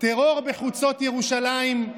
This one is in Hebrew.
טרור בחוצות ירושלים,